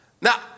Now